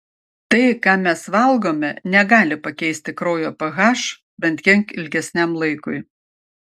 tai ką mes valgome negali pakeisti kraujo ph bent kiek ilgesniam laikui